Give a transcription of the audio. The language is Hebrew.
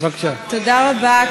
אתה רוצה שאני אגלה?